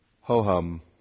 Ho-hum